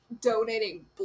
donating